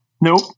Nope